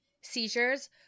seizures